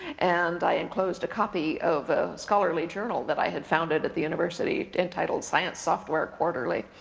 and i enclosed a copy of a scholarly journal that i had founded at the university, entitled science software quarterly,